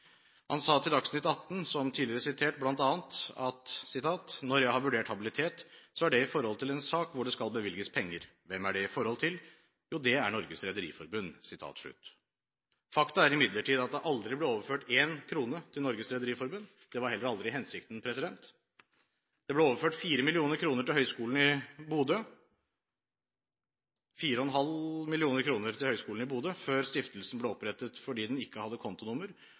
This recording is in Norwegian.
Han sa til Dagsnytt 18, som tidligere sitert, bl.a.: «Når jeg har vurdert habilitet, så er det i forhold til en sak hvor det skal bevilges penger. Hvem er det i forhold til? Jo, det er Norges Rederiforbund.» Fakta er imidlertid at det aldri ble overført én krone til Norges Rederiforbund. Det var heller aldri hensikten. Det ble overført 4,5 mill. kr til Høgskolen i Bodø før stiftelsen ble opprettet, fordi den ikke hadde kontonummer,